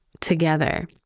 together